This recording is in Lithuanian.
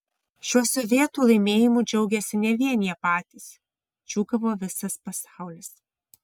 šiuo sovietų laimėjimu džiaugėsi ne vien jie patys džiūgavo visas pasaulis